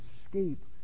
escape